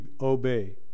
obey